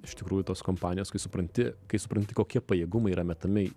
iš tikrųjų tos kompanijos kai supranti kai supranti kokie pajėgumai yra metami